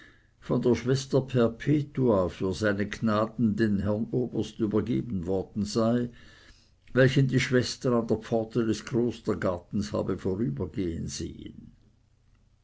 von der schwester perpetua für seine gnaden den herrn oberst übergeben worden sei welchen die schwester an der pforte des klostergartens habe vorübergehen sehn